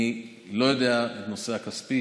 אני לא יודע את הנושא הכספי,